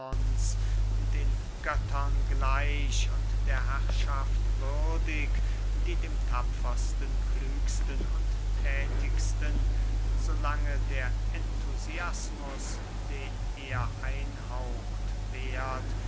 den göttern gleich und der herrschaft würdig die dem tapfersten klügsten und thätigsten so lange der enthusiasm den er einhauche währt